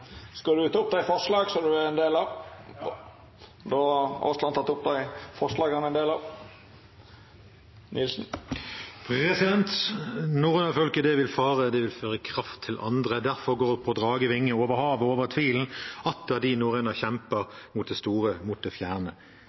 Skal representanten ta opp Arbeidarpartiets forslag? Ja! Representanten Terje Aasland her teke opp det forslaget han refererte til. President! «Norrønafolket, det vil fare, det vil føre kraft til andre. […] Derfor går på dragevinger over havet, over tvilen, atter de Norrønakjæmper mot det store,